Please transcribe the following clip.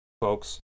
folks